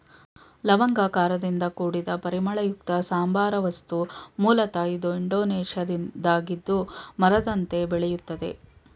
ಲವಂಗ ಖಾರದಿಂದ ಕೂಡಿದ ಪರಿಮಳಯುಕ್ತ ಸಾಂಬಾರ ವಸ್ತು ಮೂಲತ ಇದು ಇಂಡೋನೇಷ್ಯಾದ್ದಾಗಿದ್ದು ಮರದಂತೆ ಬೆಳೆಯುತ್ತದೆ